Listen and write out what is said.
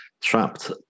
trapped